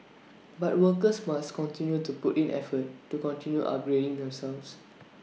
but workers must continue to put in effort to continue upgrading themselves